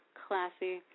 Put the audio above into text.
classy